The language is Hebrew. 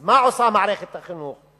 אז מה עושה מערכת החינוך?